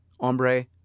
Hombre